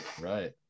Right